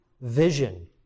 vision